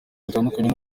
gutandukanye